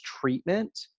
treatment